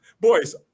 boys